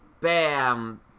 bam